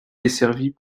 desservie